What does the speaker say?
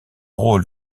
rôle